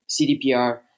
CDPR